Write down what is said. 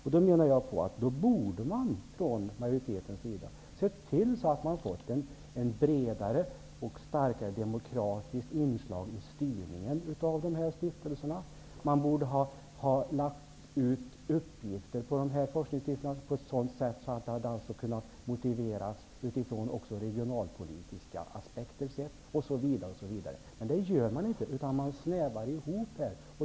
Jag menar att man från majoriteten borde ha sett till att få en bredare förankring och ett mer demokratiskt inslag i styrningen av stiftelserna. Man borde ha fördelat uppgifterna på forskningsstiftelserna på ett sådant sätt att det hade kunnat motiveras också utifrån regionalpolitiska aspekter, osv. Men det gör man inte. Man snävar i stället in.